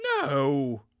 no